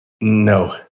No